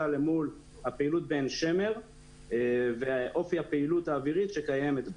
אל מול הפעילות בעין שמר ואופי הפעילות האווירית שקיימת בה.